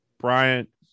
Bryant